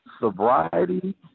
Sobriety